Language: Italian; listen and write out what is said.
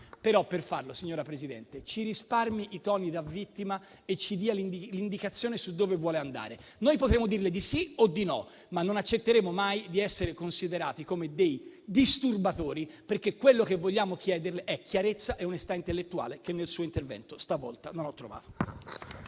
però per farlo, signora Presidente, ci risparmi i toni da vittima e ci dia indicazione su dove vuole andare. Noi potremmo dirle di sì o di no, ma non accetteremo mai di essere considerati come dei disturbatori, perché quello che vogliamo chiederle è chiarezza e onestà intellettuale, che nel suo intervento stavolta non ho trovato.